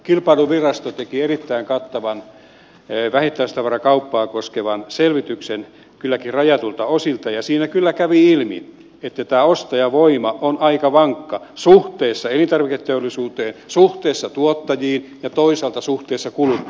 kilpailuvirasto teki erittäin kattavan vähittäistavarakauppaa koskevan selvityksen kylläkin rajatuilta osilta ja siinä kyllä kävi ilmi että tämä ostajavoima on aika vankka suhteessa elintarviketeollisuuteen suhteessa tuottajiin ja toisaalta suhteessa kuluttajiin